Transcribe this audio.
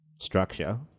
structure